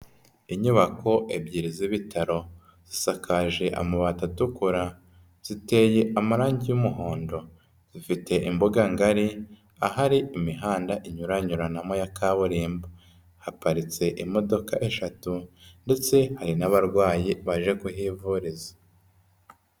Inyubako ebyiri z'ibitaro zisakaje amabati atukura, ziteye amarange y'umuhondo, zifite imbuga ngari ahari imihanda inyuranyuranamo ya kaburimbo, haparitse imodoka eshatu ndetse hari n'abarwayi baje kuhivuriza.